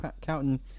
counting